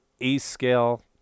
A-scale